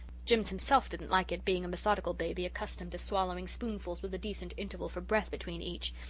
jims himself didn't like it, being a methodical baby, accustomed to swallowing spoonfuls with a decent interval for breath between each.